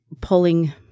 pulling